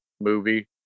movie